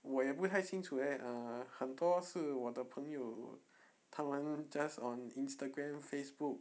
我也不太清楚 eh err 很多是我的朋友他们 just on instagram facebook